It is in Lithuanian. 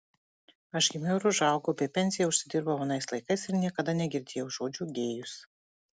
aš gimiau ir užaugau bei pensiją užsidirbau anais laikais ir niekada negirdėjau žodžio gėjus